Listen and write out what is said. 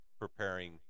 preparing